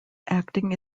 acting